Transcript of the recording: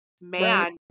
man